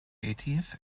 eighteenth